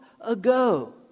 ago